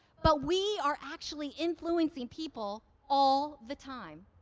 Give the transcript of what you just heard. but we are actually influencing people all the time.